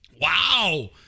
wow